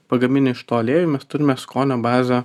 pagaminę iš to aliejų mes turime skonio bazę